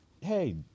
Hey